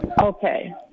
Okay